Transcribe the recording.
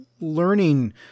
learning